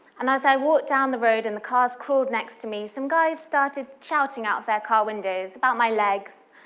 and as i walked down the road, and the cars crawled next to me, some guys started shouting out of their car windows about my legs,